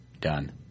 done